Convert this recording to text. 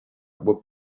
were